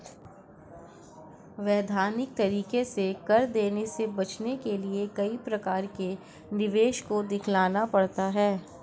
वैधानिक तरीके से कर देने से बचने के लिए कई प्रकार के निवेश को दिखलाना पड़ता है